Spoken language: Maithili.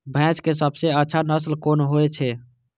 भैंस के सबसे अच्छा नस्ल कोन होय छे?